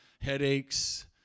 headaches